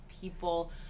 people